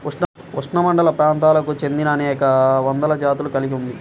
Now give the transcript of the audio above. ఉష్ణమండలప్రాంతాలకు చెందినఅనేక వందల జాతులను కలిగి ఉంది